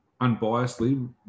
Unbiasedly